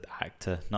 actor